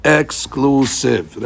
exclusive